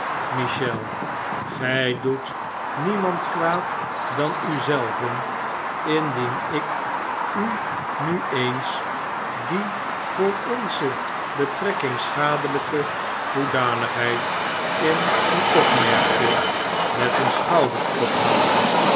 gy doet niemand kwaad dan u zelven indien ik nu eens die voor onze betrekkihg schadeiyke hoedanigheid in u opmerkte met een schouderophalen